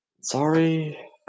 Sorry